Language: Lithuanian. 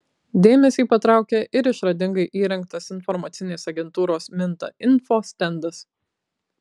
dėmesį patraukia ir išradingai įrengtas informacinės agentūros minta info stendas